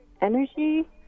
energy